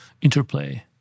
interplay